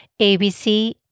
ABC